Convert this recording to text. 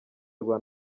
rwa